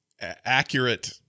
accurate